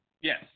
Yes